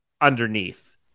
underneath